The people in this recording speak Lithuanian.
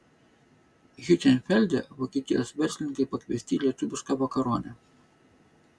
hiutenfelde vokietijos verslininkai pakviesti į lietuvišką vakaronę